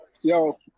yo